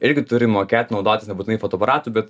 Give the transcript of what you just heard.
irgi turi mokėt naudotis nebūtinai fotoaparatų bet